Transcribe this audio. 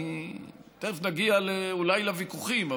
תכף נגיע אולי לוויכוחים,